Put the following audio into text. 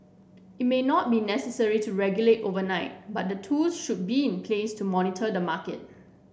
it may not be necessary to regulate overnight but the tools should be in place to monitor the market